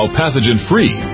pathogen-free